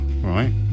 right